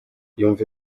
yumva